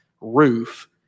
roof